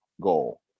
goal